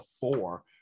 four